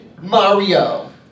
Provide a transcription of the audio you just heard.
Mario